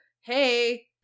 Hey